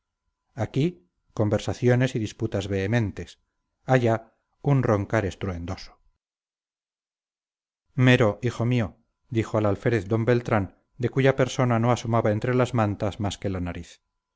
aquí conversaciones y disputas vehementes allá un roncar estruendoso mero hijo mío dijo al alférez d beltrán de cuya persona no asomaba entre las mantas más que la nariz